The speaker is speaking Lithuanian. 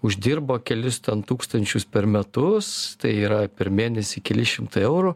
uždirba kelis tūkstančius per metus tai yra per mėnesį keli šimtai eurų